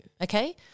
okay